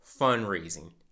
fundraising